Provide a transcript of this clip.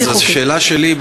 אז השאלה שלי,